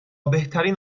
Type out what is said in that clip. بهترین